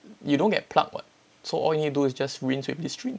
you don't get plaque what so all you need to do is just rinse with Listerine